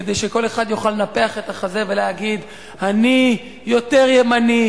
כדי שכל אחד יוכל לנפח את החזה ולהגיד: אני יותר ימני,